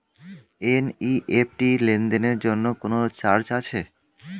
NEFT লেনদেনের জন্য কোন চার্জ আছে?